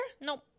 Nope